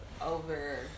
over